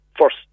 first